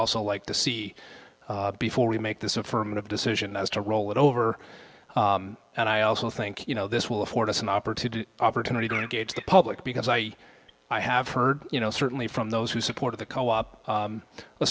also like to see before we make this affirmative decision as to roll it over and i also think you know this will afford us an opportunity opportunity to engage the public because i i have heard you know certainly from those who supported the co op